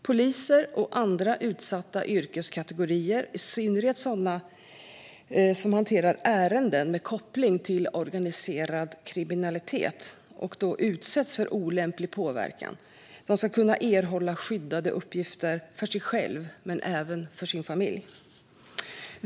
Poliser och andra utsatta yrkeskategorier, i synnerhet sådana som hanterar ärenden med koppling till organiserad kriminalitet, och som utsätts för olämplig påverkan ska kunna erhålla skyddade uppgifter för sig själva och även för sin familj.